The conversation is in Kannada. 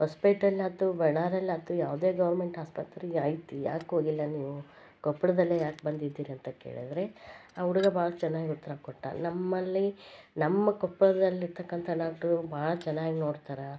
ಹೊಸ್ಪೇಟೇಲ್ ಆಯ್ತು ಬಳ್ಳಾರಿಯಲ್ಲಿ ಆಯ್ತು ಯಾವುದೇ ಗೌರ್ಮೆಂಟ್ ಆಸ್ಪತ್ರೆ ಈಗ ಇದೆ ಯಾಕೆ ಹೋಗಿಲ್ಲ ನೀವು ಕೊಪ್ಪಳದಲ್ಲೇ ಯಾಕೆ ಬಂದಿದೀರ ಅಂತ ಕೇಳಿದ್ರೆ ಆ ಹುಡ್ಗ ಭಾಳ ಚೆನ್ನಾಗ್ ಉತ್ತರ ಕೊಟ್ಟ ನಮ್ಮಲ್ಲಿ ನಮ್ಮ ಕೊಪ್ಪಳದಲ್ಲಿರ್ತಕ್ಕಂಥ ಡಾಕ್ಟ್ರು ಭಾಳ ಚೆನ್ನಾಗ್ ನೋಡ್ತಾರೆ